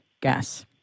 gas